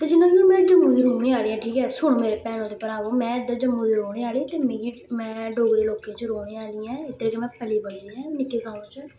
ते जि'यां कि में जम्मू दी रौह्ने आहली आं ठीक ऐ सुनो मेरे भैनो ते भ्राओ में इद्धर जम्मू दी रौह्ने आहली ते मिगी में डोगरे लोकें च रौह्ने आहली आं इत्थै में पली बड़ी दी आं निक्के गांव च